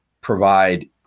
provide